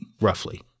roughly